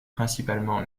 principalement